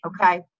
Okay